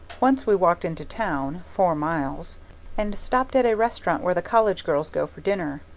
once we walked into town four miles and stopped at a restaurant where the college girls go for dinner.